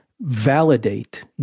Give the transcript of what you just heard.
validate